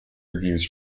reviews